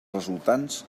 resultants